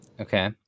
okay